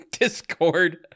Discord